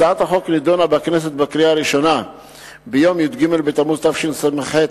הצעת החוק נדונה בכנסת ונתקבלה בקריאה הראשונה ביום י"ג בתמוז התשס"ח,